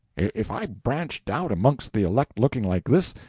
if i branched out amongst the elect looking like this,